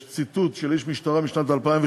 יש ציטוט של איש משטרה משנת 2012,